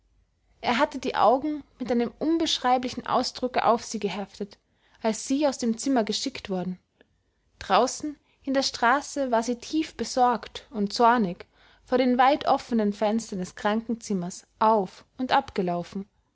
er hatte die augen mit einem unbeschreiblichen ausdrucke auf sie geheftet als sie aus dem zimmer geschickt worden draußen in der straße war sie tief besorgt und zornig vor den weit offenen fenstern des krankenzimmers auf und